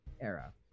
era